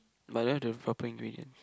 but I don't have the proper ingredient